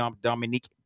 Dominique